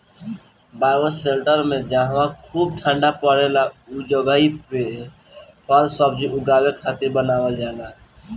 bioshelter में जहवा खूब ठण्डा पड़ेला उ जगही पे फल सब्जी उगावे खातिर बनावल जाला